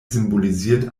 symbolisiert